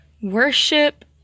worship